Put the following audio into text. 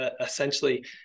essentially